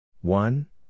one